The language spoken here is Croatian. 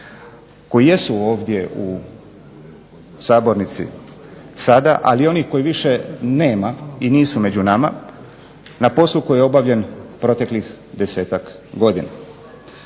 koji jesu ovdje u sabornici sada, ali i oni koji više nema i nisu među nama, na poslu koji je obavljen proteklih desetak godina.